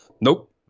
Nope